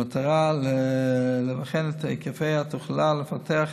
במטרה לבחון את היקפי התחלואה ולפתח